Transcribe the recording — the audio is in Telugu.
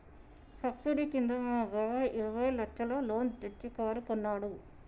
సబ్సిడీ కింద మా బాబాయ్ ఇరవై లచ్చల లోన్ తెచ్చి కారు కొన్నాడు